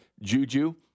Juju –